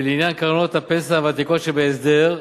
ולעניין קרנות הפנסיה הוותיקות שבהסדר.